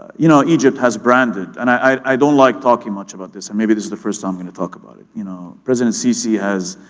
you know egypt has branded and i don't like talking much about this, and maybe this is the first time i'm gonna talk about it. you know president sisi has